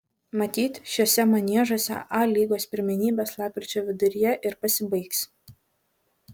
matyt šiuose maniežuose a lygos pirmenybės lapkričio viduryje ir pasibaigs